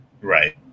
Right